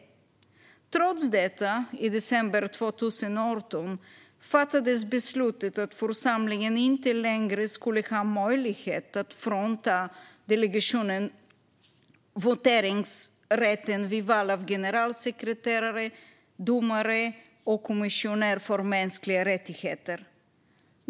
Trots detta fattades i december 2018 beslutet att församlingen inte längre skulle ha möjlighet att frånta delegationer voteringsrätten vid val av generalsekreterare, domare och kommissioner för mänskliga rättigheter.